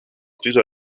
dieser